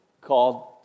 called